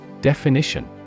Definition